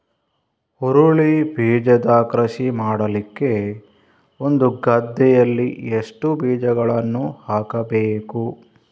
ಹುರುಳಿ ಬೀಜದ ಕೃಷಿ ಮಾಡಲಿಕ್ಕೆ ಒಂದು ಗದ್ದೆಯಲ್ಲಿ ಎಷ್ಟು ಬೀಜಗಳನ್ನು ಹಾಕಬೇಕು?